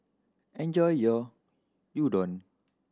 enjoy your Udon